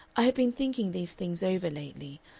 i have been thinking these things over lately,